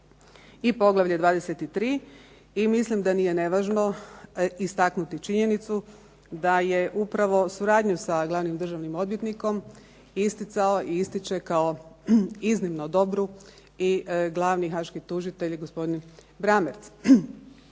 i poglavlje 23. i mislim da nije nevažno istaknuti činjenicu da je upravo suradnju sa glavnim državnim odvjetnikom isticao, i ističe kao iznimno dobru i glavni haaški tužitelj gospodin Braummertz.